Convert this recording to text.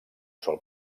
sol